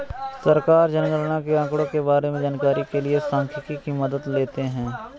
सरकार जनगणना के आंकड़ों के बारें में जानकारी के लिए सांख्यिकी की मदद लेते है